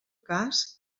cas